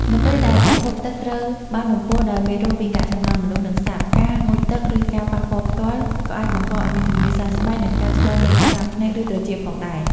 នៅពេលដែលប្រភពទឹកត្រូវបានបំពុលដោយមេរោគពីកាកសំណល់មនុស្ស និងសត្វ ការងូតទឹក ឬការប៉ះពាល់ផ្ទាល់ក៏អាចបង្កឱ្យមានជំងឺសើស្បែក និងការឆ្លងមេរោគតាមភ្នែក ឬត្រចៀកផងដែរ។